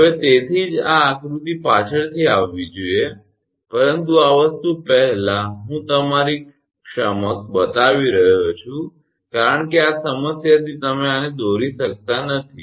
હવે તેથી જ આ આકૃતિ પાછળથી આવવી જોઈએ પરંતુ આ વસ્તુ પહેલાં હું તમારી સમક્ષ બતાવી રહ્યો છું કારણ કે આ સમસ્યાથી તમે આને દોરી શકતા નથી